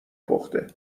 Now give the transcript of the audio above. پخته